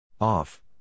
Off